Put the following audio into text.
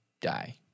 die